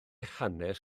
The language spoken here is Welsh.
hanes